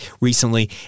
recently